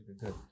good